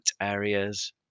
areas